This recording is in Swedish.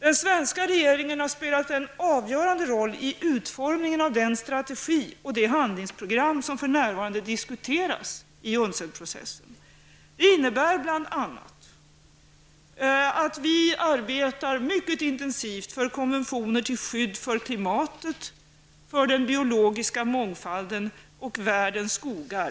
Den svenska regeringen har spelat en avgörande roll i utformningen av den strategi och det handlingsprogram som för närvarande diskuteras i UNCED-processen. Det innebär bl.a. att vi arbetar mycket intensivt för konventioner till skydd för klimatet, den biologiska mångfalden och världens skogar.